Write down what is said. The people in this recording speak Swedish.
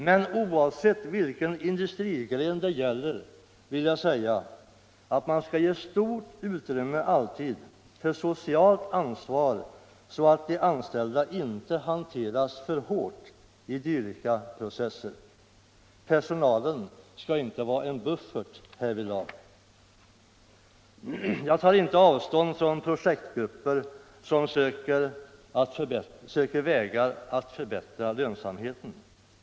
Men oavsett vilken industrigren det gäller vill jag säga att man alltid skall ge stort utrymme för socialt ansvar, så att de anställda inte hanteras för hårt i dvlika processer. Personalen skall inte vara en buffert härvidlag. Jag tar inte avstånd från projektgruppen som söker vägar att förbättra lönsamheten.